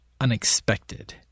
unexpected